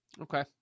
Okay